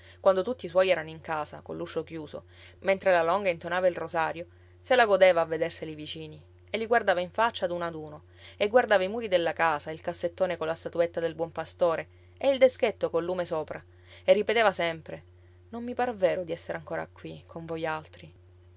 quando tutti i suoi erano in casa coll'uscio chiuso mentre la longa intonava il rosario se la godeva a vederseli vicini e li guardava in faccia ad uno ad uno e guardava i muri della casa e il cassettone colla statuetta del buon pastore e il deschetto col lume sopra e ripeteva sempre non mi par vero di essere ancora qui con voialtri